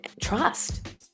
trust